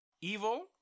Evil